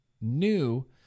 new